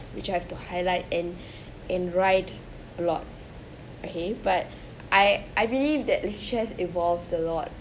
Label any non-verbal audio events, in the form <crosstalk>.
which I have to highlight and <breath> and write a lot okay but I I believe that literature evolved a lot